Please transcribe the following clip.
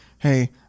hey